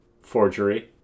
forgery